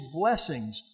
blessings